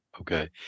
Okay